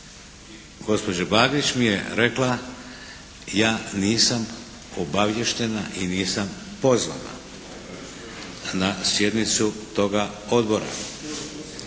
Gospođa Bagić mi je rekla: «Ja nisam obaviještena i nisam pozvana na sjednicu toga Odbora.».